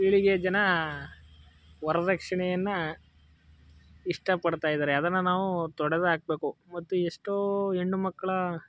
ಪೀಳಿಗೆ ಜನ ವರ್ದಕ್ಷಿಣೆಯನ್ನು ಇಷ್ಟಪಡ್ತಾ ಇದ್ದಾರೆ ಅದನ್ನು ನಾವು ತೊಡೆದು ಹಾಕ್ಬೇಕು ಮತ್ತು ಎಷ್ಟೋ ಹೆಣ್ಣು ಮಕ್ಕಳ